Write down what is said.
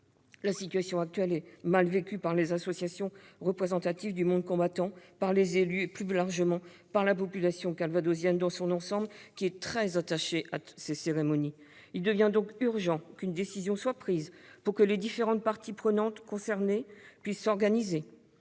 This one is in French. situation est mal vécue par les associations représentatives du monde combattant, par les élus et, plus largement, par la population calvadosienne dans son ensemble, très attachée à ces cérémonies. Il devient urgent qu'une décision soit prise, afin que les différentes parties prenantes puissent s'organiser,